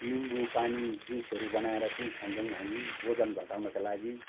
निम्बु पानी जुसहरू बनाएर पनि खान्छन् हामी ओजन घटाउनका लागि